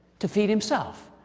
to feed himself.